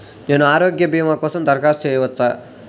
నేను ఆరోగ్య భీమా కోసం దరఖాస్తు చేయవచ్చా?